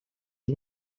you